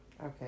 Okay